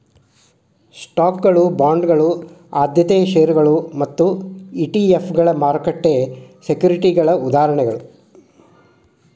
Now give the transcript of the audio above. ಸ್ಟಾಕ್ಗಳ ಬಾಂಡ್ಗಳ ಆದ್ಯತೆಯ ಷೇರುಗಳ ಮತ್ತ ಇ.ಟಿ.ಎಫ್ಗಳ ಮಾರುಕಟ್ಟೆ ಸೆಕ್ಯುರಿಟಿಗಳ ಉದಾಹರಣೆಗಳ